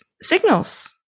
signals